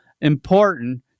important